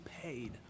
paid